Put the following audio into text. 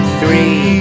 Three